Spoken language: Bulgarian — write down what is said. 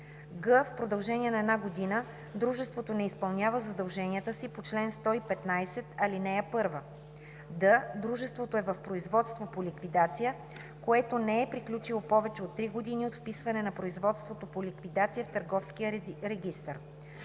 г) в продължение на една година дружеството не изпълнява задълженията си по чл. 115, ал. 1; д) дружеството е в производство по ликвидация, което не е приключило повече от три години от вписване на производството по ликвидация в търговския регистър.“